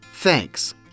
Thanks